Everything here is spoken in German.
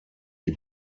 die